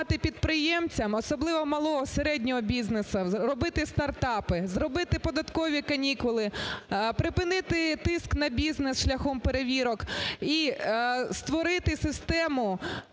підприємцям, особливо малого, середнього бізнесу робити стартапи, зробити податкові канікули, припинити тиск на бізнес шляхом перевірок і створити систему